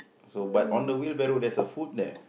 so but on the wheel barrel there's a food there